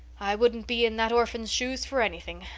i wouldn't be in that orphan's shoes for anything.